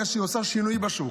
ברגע שהיא עושה שינוי בשוק.